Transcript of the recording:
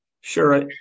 Sure